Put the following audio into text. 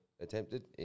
attempted